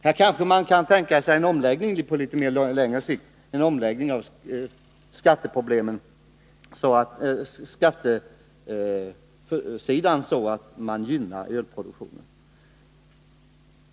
Här kanske man på litet längre sikt kan tänka sig en omläggning av skatten, så att man gynnar ölproduktionen.